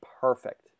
perfect